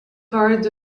cards